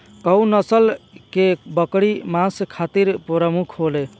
कउन नस्ल के बकरी मांस खातिर प्रमुख होले?